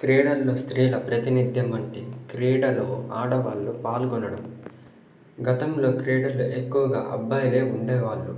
క్రీడల్లో స్త్రీల ప్రాతినిధ్యం అంటే క్రీడలో ఆడవాళ్ళు పాల్గొనడం గతంలో క్రీడలు ఎక్కువగా అబ్బాయిలు ఉండేవాళ్ళు